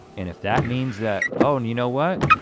and if that means that oh and you know what,